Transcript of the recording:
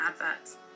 adverts